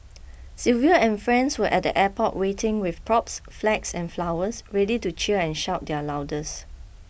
Sylvia and friends were at the airport waiting with props flags and flowers ready to cheer and shout their loudest